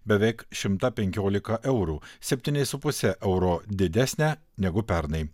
beveik šimtą penkiolika eurų septyniais su puse euro didesnę negu pernai